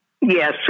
Yes